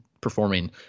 performing